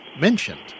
mentioned